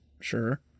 sure